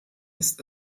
ist